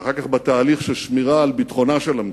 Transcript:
ואחר כך בתהליך של שמירה על ביטחונה של המדינה,